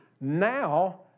Now